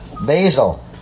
Basil